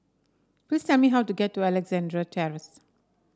please tell me how to get to Alexandra Terrace